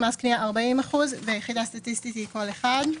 מס קניה-40% ויחידה סטטיסטית-כל אחד.